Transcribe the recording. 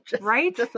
right